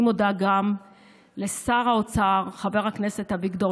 אני מודה גם לשר האוצר חבר הכנסת אביגדור